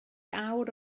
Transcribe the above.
awr